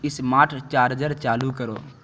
smart charger چالو کرو